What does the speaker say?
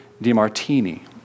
DiMartini